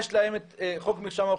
יש להם את חוק מרשם האוכלוסין,